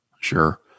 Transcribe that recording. Sure